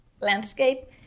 landscape